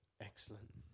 Excellent